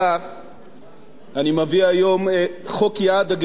אני מביא היום חוק יעד הגירעון לשנת 2013,